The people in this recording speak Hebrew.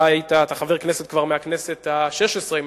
אתה חבר כנסת כבר מהכנסת השש-עשרה,